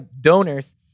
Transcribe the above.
donors